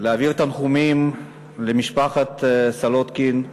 להעביר תנחומים למשפחת סולודקין.